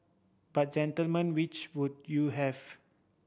but gentlemen which would you have